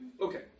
Okay